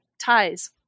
ties